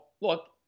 look